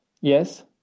Yes